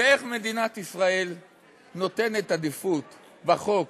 ואיך מדינת ישראל נותנת עדיפות בחוק